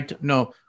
No